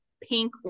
pink